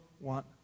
want